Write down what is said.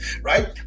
right